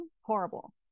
Horrible